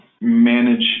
manage